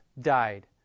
died